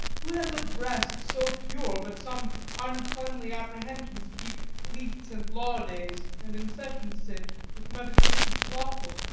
who has a breast so pure but some uncleanly apprehensions keep leets and law-days, and in session sit with meditations lawful?